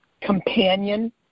Companion